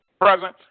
present